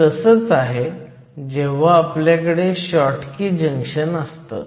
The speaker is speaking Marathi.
हे तसंच आहे जेव्हा आपल्याकडे शॉटकी जंक्शन असतं